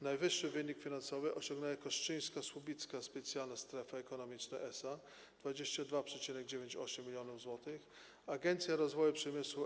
Najwyższy wynik finansowy osiągnęły: Kostrzyńsko-Słubicka Specjalna Strefa Ekonomiczna SA - 22,98 mln zł, Agencja Rozwoju Przemysłu